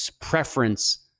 preference